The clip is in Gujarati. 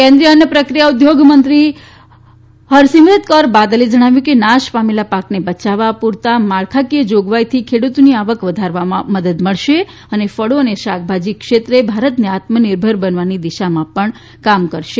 કેન્દ્રીય અન્ન પ્રક્રિયા ઉદ્યોગ મંત્રી હરસિમરત કૌર બાદલે જણાવ્યું કે નાશ પામેલા પાકને બયાવવા પૂરતા માળખાકીય જોગવાઈથી ખેડૂતોની આવક વધારવામાં મદદ મળશે અને ફળો અને શાકભાજી ક્ષેત્રે ભારતને આત્મનિર્ભર બનાવવાની દિશામાં પણ કામ કરશે